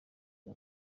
cya